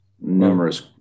numerous